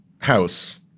House